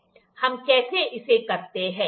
हम कैसे इसे करते हैं